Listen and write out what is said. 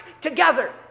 together